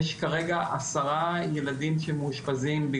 יש כרגע עשרה ילדים שמאושפזים,